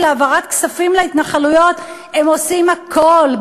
העברת כספים להתנחלויות הם עושים הכול,